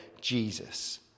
Jesus